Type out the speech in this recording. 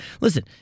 Listen